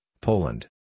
Poland